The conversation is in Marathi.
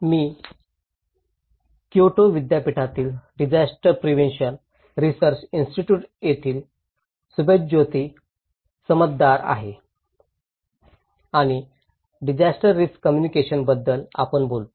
मी क्योटो विद्यापीठातील डिजास्टर प्रिव्हेंशन रिसर्च इन्स्टिट्युट येथील सुभज्योती समद्दार आहे आणि डिजास्टर रिस्क कम्युनिकेशन बद्दल आपण बोलू